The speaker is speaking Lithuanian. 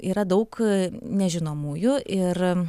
yra daug nežinomųjų ir